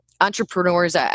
entrepreneurs